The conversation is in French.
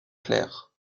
clair